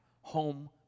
home